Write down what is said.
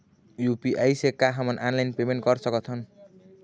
UPI से का हमन ऑनलाइन पेमेंट कर सकत हन?